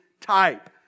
type